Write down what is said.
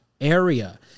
area